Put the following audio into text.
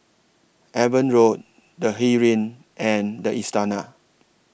Avon Road The Heeren and The Istana